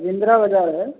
बिंद्रा बाज़ार है